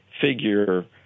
figure